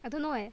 I don't know eh